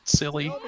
silly